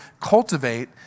cultivate